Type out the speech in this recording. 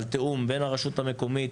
על תיאום בין הרשות המקומית,